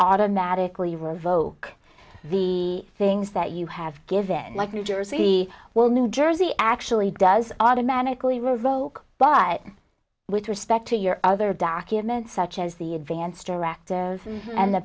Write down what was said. automatically revoke the things that you have given like new jersey well new jersey actually does automatically revoke but with respect to your other documents such as the advanced directive and the